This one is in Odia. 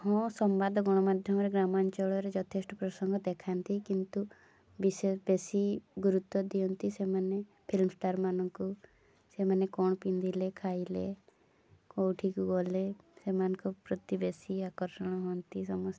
ହଁ ସମ୍ବାଦ ଗଣମାଧ୍ୟମରେ ଗ୍ରାମାଞ୍ଚଳରେ ଯଥେଷ୍ଟ ପ୍ରସଙ୍ଗ ଦେଖାନ୍ତି କିନ୍ତୁ ବିଶେଷ ବେଶୀ ଗୁରୁତ୍ୱ ଦିଅନ୍ତି ସେମାନେ ଫିଲ୍ମ୍ ଷ୍ଟାର୍ ମାନଙ୍କୁ ସେମାନେ କ'ଣ ପିନ୍ଧିଲେ ଖାଇଲେ କେଉଁଠିକୁ ଗଲେ ସେମାନଙ୍କ ପ୍ରତି ବେଶୀ ଆକର୍ଷଣ ହୁଅନ୍ତି ସମସ୍ତେ